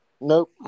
Nope